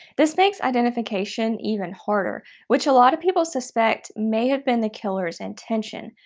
this makes identification even harder which a lot of people suspect may have been the killer's intention.